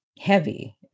heavy